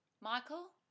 Michael